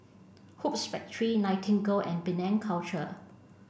Hoops Factory Nightingale and Penang Culture